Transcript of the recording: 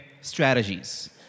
strategies